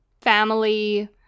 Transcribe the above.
family